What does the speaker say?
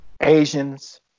Asians